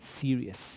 serious